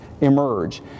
emerge